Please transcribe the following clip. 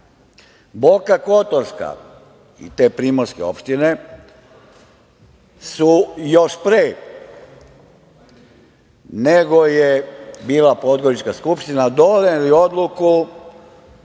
Boka Kotorska i te primorske opštine su još pre nego je bila je Podgorička skupština donele odluku